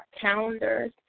calendars